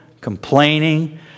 complaining